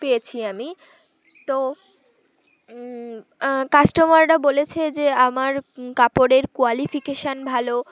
পেয়েছি আমি তো কাস্টমাররা বলেছে যে আমার কাপড়ের কোয়ালিফিকেশান ভালো